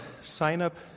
sign-up